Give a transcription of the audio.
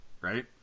right